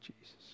Jesus